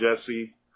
Jesse